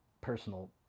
personal